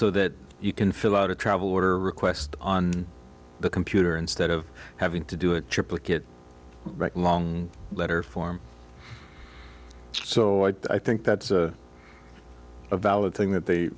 so that you can fill out a travel order request on the computer instead of having to do it triplicate long letter form so i think that's a valid thing that they